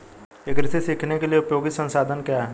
ई कृषि सीखने के लिए उपयोगी संसाधन क्या हैं?